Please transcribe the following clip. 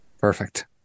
Perfect